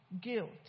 Guilt